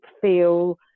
feel